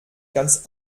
ganz